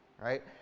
right